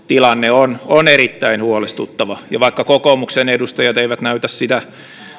tilanne on on erittäin huolestuttava ja vaikka kokoomuksen edustajat eivät näytä sitä